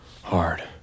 hard